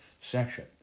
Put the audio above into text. session